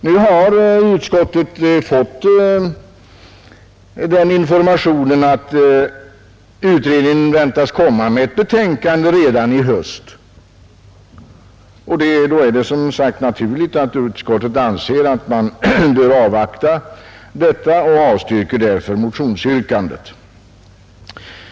Nu har utskottet fått den informationen att utredningen väntas komma med ett betänkande redan i höst, och då är det som sagt naturligt att utskottet anser att man bör avvakta detta och alltså avstyrker motionsyrkandet.